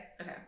Okay